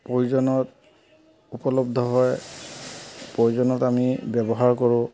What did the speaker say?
প্ৰয়োজনত উপলব্ধ হয় প্ৰয়োজনত আমি ব্যৱহাৰ কৰোঁ